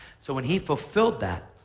so when he fulfilled that,